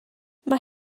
mae